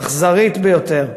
אכזרית ביותר,